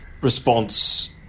response